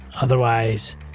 Otherwise